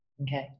Okay